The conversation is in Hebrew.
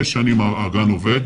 מ.ב.: הגן עובד